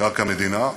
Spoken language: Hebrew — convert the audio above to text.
קרקע מדינה,